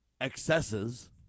excesses